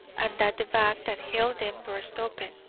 and that the bag that held them burst open.